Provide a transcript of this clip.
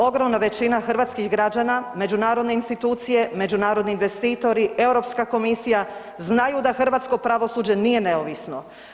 Ogromna većina hrvatskih građana, međunarodne institucije, međunarodne investitori, Europska komisija znaju da hrvatsko pravosuđe nije neovisno.